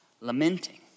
lamenting